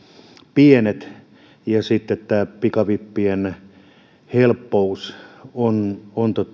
pienet ja sitten tämä pikavippien helppous on